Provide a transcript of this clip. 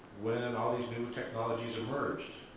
when and all these new technologies emerged.